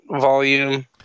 volume